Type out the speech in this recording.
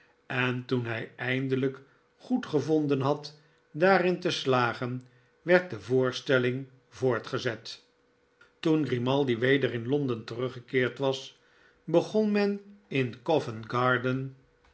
en toen htj eindelijk goedgevonden had daarin te slagen werd de voorstelling voortgezet toen grimaldi weder in londen teruggekeerd was begon men in